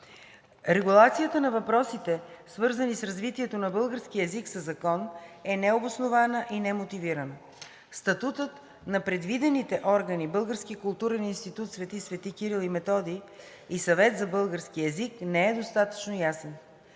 Регулацията на въпросите, свързани с развитието на българския език със закон, е необоснована и немотивирана. Статутът на предвидените органи „Български културен институт „Св.